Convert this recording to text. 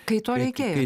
kai to reikėjo